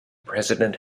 president